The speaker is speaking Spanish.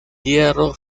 hierro